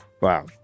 Wow